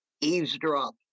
eavesdrop